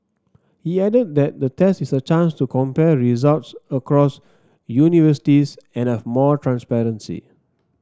he added that the test is a chance to compare results across universities and have more transparency